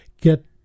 get